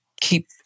keep